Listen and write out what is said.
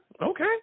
Okay